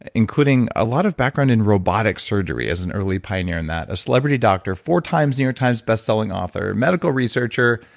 including a lot of background in robotic surgery as an early pioneer in that, a celebrity doctor, four times the new york times bestselling author, medical researcher,